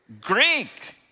Greek